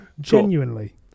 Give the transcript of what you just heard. Genuinely